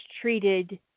treated